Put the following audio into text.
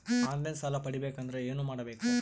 On line ಸಾಲ ಪಡಿಬೇಕಂದರ ಏನಮಾಡಬೇಕು?